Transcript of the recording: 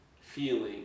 feeling